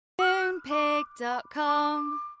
Moonpig.com